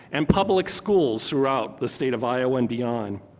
and public schools throughout the state of iowa and beyond.